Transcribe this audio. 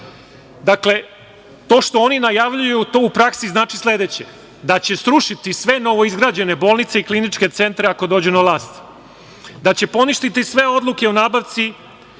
Dakle, to što oni najavljuju, to u praksi znači sledeće, da će srušiti sve novoizgrađene bolnice, i kliničke centre, ako dođe na vlast, da će poništiti sve odluke o nabavci